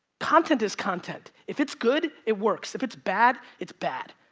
content is content. if it's good, it works. if it's bad, it's bad.